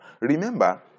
Remember